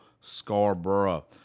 Scarborough